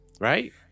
Right